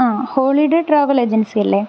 ആ holiday travel agency അല്ലെ